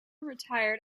retired